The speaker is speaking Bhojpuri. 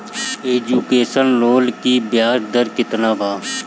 एजुकेशन लोन की ब्याज दर केतना बा?